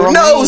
no